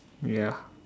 ya